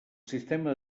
sistema